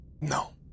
no